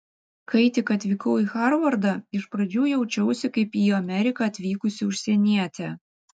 kai tik atvykau į harvardą iš pradžių jaučiausi kaip į ameriką atvykusi užsienietė